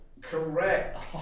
Correct